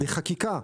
בחקיקה,